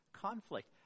conflict